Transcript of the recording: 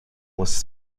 was